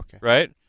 right